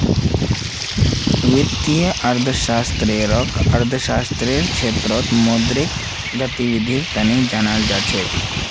वित्तीय अर्थशास्त्ररक अर्थशास्त्ररेर क्षेत्रत मौद्रिक गतिविधीर तना जानाल जा छेक